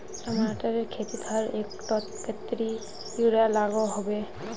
टमाटरेर खेतीत हर एकड़ोत कतेरी यूरिया लागोहो होबे?